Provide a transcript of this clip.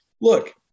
look